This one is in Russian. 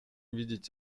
видеть